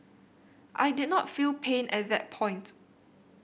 I did not feel pain at that point